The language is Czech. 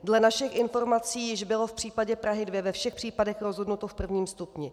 Dle našich informací již bylo v případě Prahy 2 ve všech případech rozhodnuto v prvním stupni.